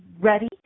ready